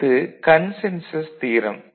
அடுத்து consensus theorem